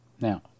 Now